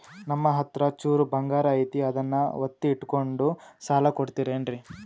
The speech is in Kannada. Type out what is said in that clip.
ನಮ್ಮಹತ್ರ ಚೂರು ಬಂಗಾರ ಐತಿ ಅದನ್ನ ಒತ್ತಿ ಇಟ್ಕೊಂಡು ಸಾಲ ಕೊಡ್ತಿರೇನ್ರಿ?